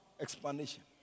explanation